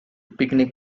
picnic